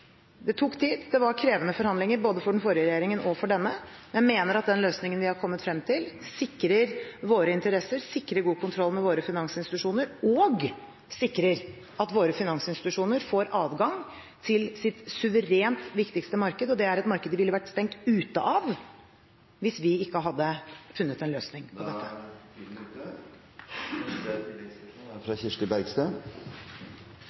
Det tok tid. Det var krevende forhandlinger både for den forrige regjeringen og for denne. Jeg mener at den løsningen vi har kommet frem til, sikrer våre interesser, sikrer god kontroll med våre finansinstitusjoner og sikrer at våre finansinstitusjoner får adgang til sitt suverent viktigste marked. Det er et marked vi ville vært stengt ute fra hvis vi ikke hadde funnet en løsning. Kirsti Bergstø – til oppfølgingsspørsmål SV mener det er